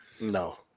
No